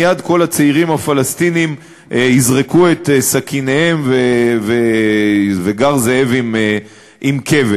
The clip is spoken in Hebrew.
מייד כל הצעירים הפלסטינים יזרקו את סכיניהם וגר זאב עם כבש.